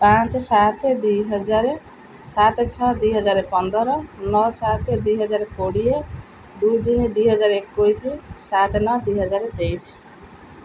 ପାଞ୍ଚ ସାତ ଦୁଇ ହଜାର ସାତ ଛଅ ଦୁଇ ହଜାର ପନ୍ଦର ନଅ ସାତ ଦୁଇ ହଜାର କୋଡ଼ିଏ ଦୁଇ ତିନି ଦୁଇ ହଜାର ଏକୋଇଶି ସାତେ ନଅ ଦୁଇ ହଜାର ତେଇଶି